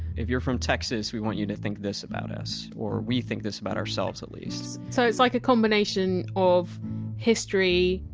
if you're from texas, we want you to think this about us, or we think about ourselves at least so it's like a combination of history,